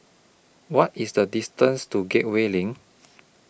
What IS The distance to Gateway LINK